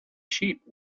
sheep